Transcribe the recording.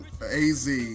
AZ